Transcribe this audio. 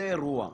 זה אירוע.